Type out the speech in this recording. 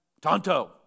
Tonto